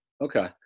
Okay